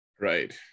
Right